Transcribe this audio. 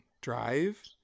drive